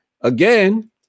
again